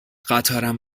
قطارم